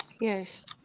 yes